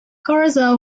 garza